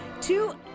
Two